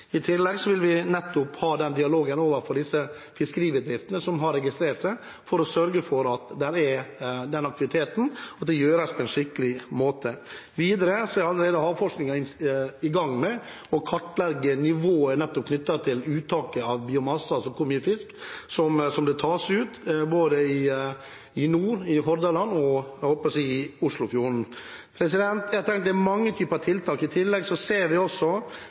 I tillegg vil vi ha en dialog overfor de fiskeribedriftene som har registrert seg, for å sørge for at det er den aktiviteten, og at det gjøres på skikkelig måte. Videre er Havforskningsinstituttet allerede i gang med å kartlegge nivået knyttet til uttaket av biomasser som kommer i fisk, både i nord, i Hordaland og i Oslofjorden. Det er mange typer tiltak. I tillegg ser vi